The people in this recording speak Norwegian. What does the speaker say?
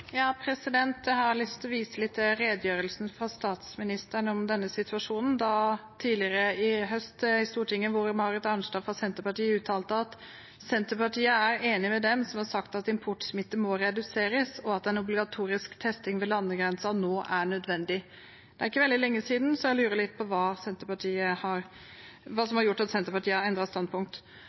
jeg tro. Representanten Åshild Bruun-Gundersen har hatt ordet to ganger tidligere og får ordet til en kort merknad, begrenset til 1 minutt. Jeg har lyst til å vise til redegjørelsen fra statsministeren om denne situasjonen i Stortinget tidligere i høst, da representanten Marit Arnstad fra Senterpartiet uttalte: «Senterpartiet er enig med dem som har sagt at importsmitten må reduseres, og at en obligatorisk testing ved landegrensene nå er nødvendig.» Det er ikke veldig lenge siden, så jeg lurer litt på hva